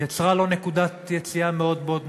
יצרה לו נקודת יציאה מאוד מאוד נוחה.